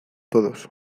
todos